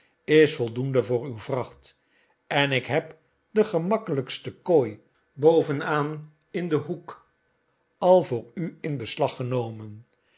is voldoende voor uw vracht en ik heb de gemakkelijkste kooi bovenaan in den hoek al voor u in beslag genomen